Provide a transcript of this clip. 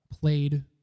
played